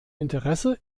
interesse